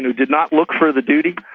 did not look for the duty,